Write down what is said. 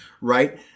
right